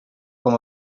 com